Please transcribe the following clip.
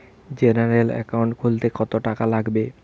General account খুলতে কত টাকা লাগবে?